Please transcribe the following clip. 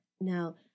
Now